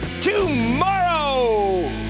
tomorrow